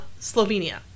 Slovenia